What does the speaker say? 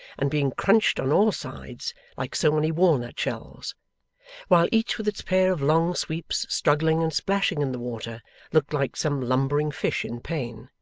and being crunched on all sides like so many walnut-shells while each with its pair of long sweeps struggling and splashing in the water looked like some lumbering fish in pain.